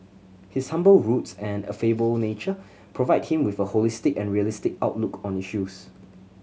his humble roots and affable nature provide him with a holistic and realistic outlook on issues